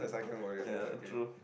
ya true